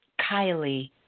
Kylie